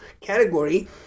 category